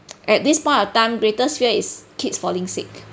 at this point of time greatest fear is keeps falling sick